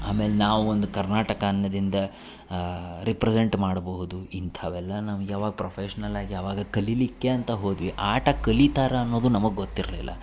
ಆಮೇಲೆ ನಾವೊಂದು ಕರ್ನಾಟಕ ಅನ್ನೋದಿಂದ್ ರಿಪ್ರೆಸೆಂಟ್ ಮಾಡಬಹುದು ಇಂಥವೆಲ್ಲ ನಾವು ಯವಾಗ ಪ್ರೊಫೆಷ್ನಲ್ ಆಗಿ ಯವಾಗ ಕಲೀಲಿಕ್ಕೆ ಅಂತ ಹೋದ್ವಿ ಆಟ ಕಲೀತಾರ ಅನ್ನೋದು ನಮಗೆ ಗೊತ್ತಿರಲಿಲ್ಲ